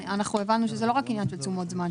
אנחנו הבנו שזה לא רק עניין של תשומות זמן,